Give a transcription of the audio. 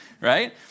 Right